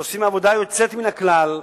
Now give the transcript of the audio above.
שעושים עבודה יוצאת מן הכלל,